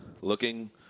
looking